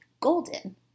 golden